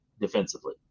defensively